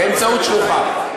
באמצעות שלוחיו.